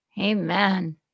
Amen